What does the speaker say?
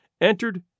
entered